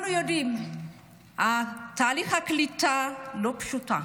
אנחנו יודעים שתהליך הקליטה לא פשוט.